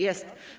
Jest.